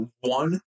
one